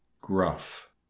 gruff